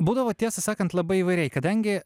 būdavo tiesą sakant labai įvairiai kadangi